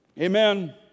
Amen